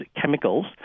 chemicals